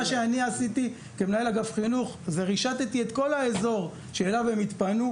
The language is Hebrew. מה שאני עשיתי כמנהל אגף חינוך רישתִי את כל האזור שאליו הם התפנו,